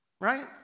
right